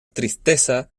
tristeza